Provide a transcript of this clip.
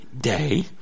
day